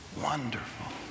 Wonderful